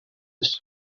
است